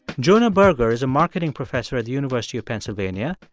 jonah berger is a marketing professor at the university of pennsylvania.